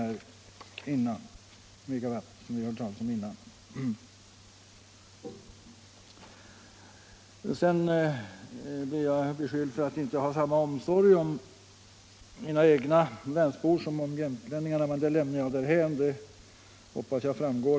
Jag blev beskylld för att inte ha samma omsorg om mina egna länsbor som om jämtlänningarna. Den beskyllningen lämnar jag därhän — den får stå för herr Nordgrens egen räkning.